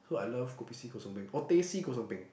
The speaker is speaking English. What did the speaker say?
so I love kopi C kosong peng or teh C kosong peng